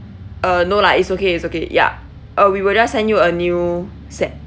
uh no lah it's okay it's okay ya uh we will just send you a new set